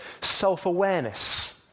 self-awareness